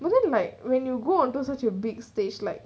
but then like when you go onto such a big stage like